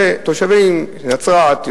ותושבי נצרת,